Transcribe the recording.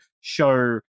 show